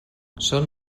són